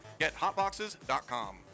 Gethotboxes.com